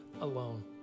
alone